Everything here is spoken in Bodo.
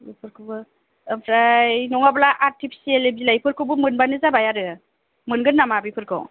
गुफुरखौबो ओमफ्राय नङाबा आर्टिफिसियेल बिलाइफोरखौबो मोनबानो जाबाय आरो मोनगोन नामा बेफोरखौ